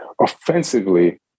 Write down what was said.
offensively